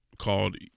called